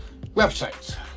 websites